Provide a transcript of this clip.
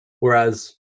Whereas